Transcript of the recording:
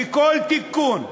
וכל תיקון שמחויב,